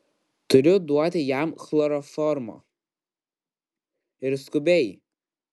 turiu duoti jam chloroformo ir skubiai